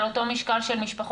על אותו משקל של משפחות,